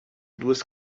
duas